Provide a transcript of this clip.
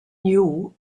knew